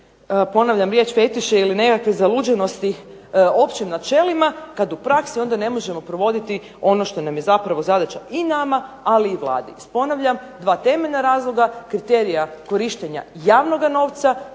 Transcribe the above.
ponavljam riječ fetiš ili zaluđenosti općim načelima kada u praksi ne možemo provoditi ono što nam je zapravo zadaća i nama ali i Vladi. Ponavljam dva temeljna razloga kriterija korištenja javnog novca